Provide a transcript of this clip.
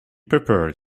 prepared